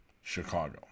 Chicago